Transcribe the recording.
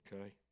Okay